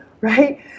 right